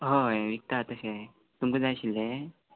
हय विकता तशे तुमकां जाय आशिल्ले